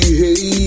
hey